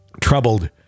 troubled